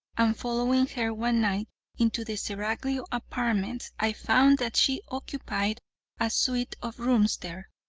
and following her one night into the seraglio apartments, i found that she occupied a suite of rooms there,